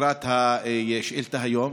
לקראת השאילתה היום,